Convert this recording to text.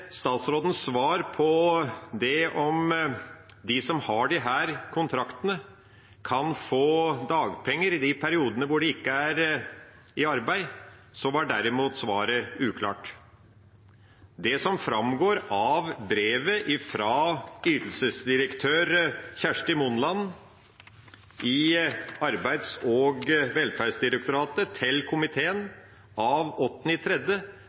statsrådens svar på om de som har disse kontraktene, kan få dagpenger i de periodene de ikke er i arbeid, var derimot svaret uklart. Det som framgår av brevet fra ytelsesdirektør Kjersti Monland i Arbeids- og velferdsdirektoratet til komiteen av